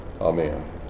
Amen